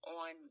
on